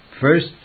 First